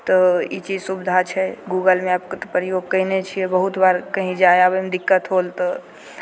तऽ ई चीज सुविधा छै गूगल मैपके तऽ प्रयोग कयने छियै बहुत बार कहीँ जाय आबयमे दिक्कत होल तऽ